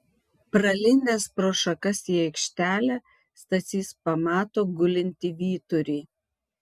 pralindęs pro šakas į aikštelę stasys pamato gulintį vyturį